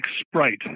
sprite